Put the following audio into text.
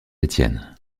étienne